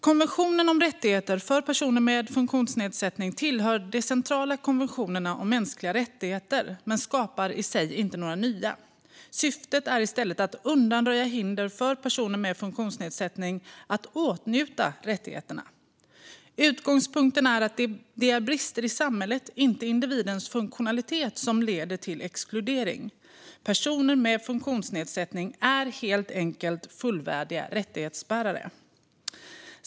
Konventionen om rättigheter för personer med funktionsnedsättning tillhör de centrala konventionerna om mänskliga rättigheter men skapar i sig inte några nya. Syftet är i stället att undanröja hinder för personer med funktionsnedsättning att åtnjuta rättigheterna. Utgångspunkten är att det är brister i samhället, inte individens funktionalitet, som leder till exkludering. Personer med funktionsnedsättning är helt enkelt fullvärdiga rättighetsbärare.